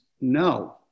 no